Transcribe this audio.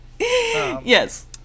Yes